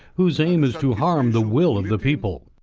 whose aim is to harm the will of the people.